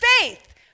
faith